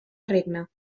regna